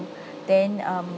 then um